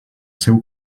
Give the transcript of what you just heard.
seu